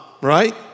right